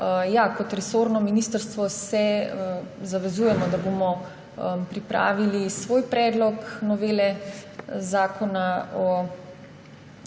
kot resorno ministrstvo se zavezujemo, da bomo pripravili svoj predlog novele Zakona o